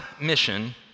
mission